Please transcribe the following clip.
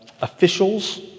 officials